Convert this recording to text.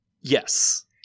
yes